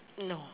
no